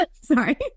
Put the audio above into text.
sorry